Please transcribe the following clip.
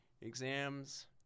exams